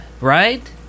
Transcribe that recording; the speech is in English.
right